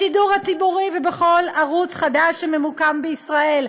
בשידור הציבורי ובכל ערוץ חדש שממוקם בישראל,